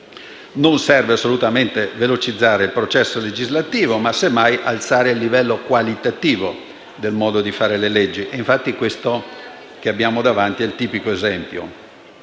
non serve assolutamente velocizzare il processo legislativo ma, semmai, alzare il livello qualitativo del mondo di fare le leggi e ciò che abbiamo avanti ne è il tipico esempio: